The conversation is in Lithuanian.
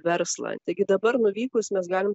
verslą taigi dabar nuvykus mes galim